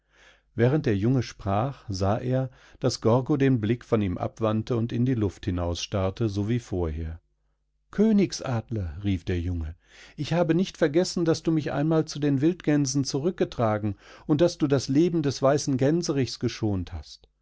während der junge sprach sah er daß gorgo den blick von ihm abwandte und in die luft hinausstarrte so wie vorher königsadler rief der junge ich habe nicht vergessen daß du mich einmal zu den wildgänsen zurückgetragen und daß du das leben des weißen gänserichs geschont hast